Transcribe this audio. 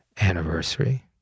Anniversary